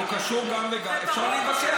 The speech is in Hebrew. אפשר להתווכח.